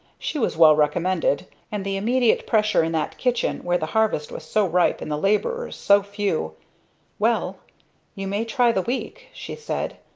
she was well recommended, and the immediate pressure in that kitchen where the harvest was so ripe and the laborers so few well you may try the week, she said.